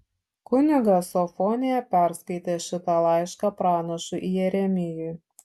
kunigas sofonija perskaitė šitą laišką pranašui jeremijui